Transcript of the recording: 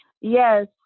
yes